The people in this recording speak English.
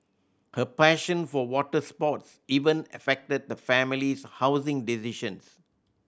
her passion for water sports even affected the family's housing decisions